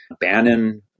Bannon